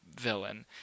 villain